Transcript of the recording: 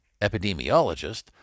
epidemiologist